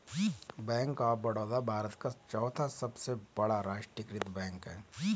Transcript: bank of Baroda Bharat का चौथा सबसे बड़ा राष्ट्रीयकृत बैंक है